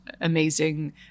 amazing